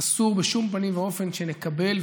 אסור בשום פנים ואופן שנקבל,